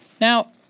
now